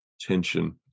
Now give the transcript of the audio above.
tension